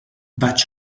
vaig